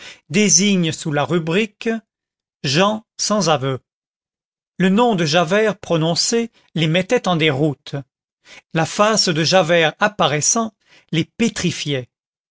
désigne sous la rubrique gens sans aveu le nom de javert prononcé les mettait en déroute la face de javert apparaissant les pétrifiait